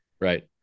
Right